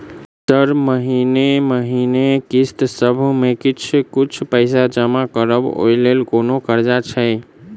Sir महीने महीने किस्तसभ मे किछ कुछ पैसा जमा करब ओई लेल कोनो कर्जा छैय?